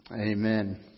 amen